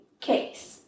case